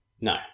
No